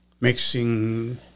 mixing